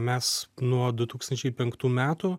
mes nuo du tūkstančiai penktų metų